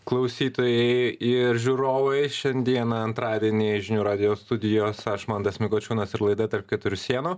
klausytojai ir žiūrovai šiandieną antradienį žinių radijo studijos aš mantas mikočiūnas ir laida tarp keturių sienų